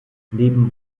neben